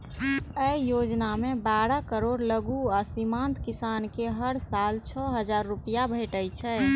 अय योजना मे बारह करोड़ लघु आ सीमांत किसान कें हर साल छह हजार रुपैया भेटै छै